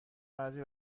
بعضی